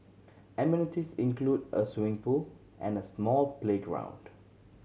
amenities include a swimming pool and small playground